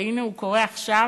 והנה הוא קורה עכשיו.